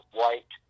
white